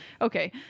okay